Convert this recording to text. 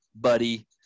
Buddy